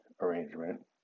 arrangement